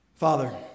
Father